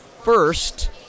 first